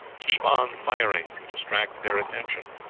keep on firing to distract their attention